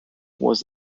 was